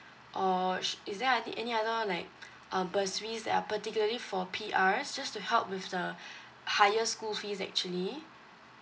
or sh~ is there any other like uh bursaries that are particularly for P_R's just to help with the higher school fees actually